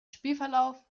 spielverlauf